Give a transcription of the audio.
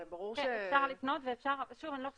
כן, אפשר לפנות, אבל שוב, אני לא חושבת,